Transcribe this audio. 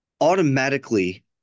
automatically